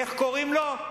איך קוראים לו?